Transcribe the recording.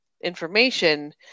information